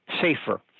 safer